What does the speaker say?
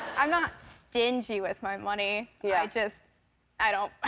i'm not stingy with my money. yeah. i just i don't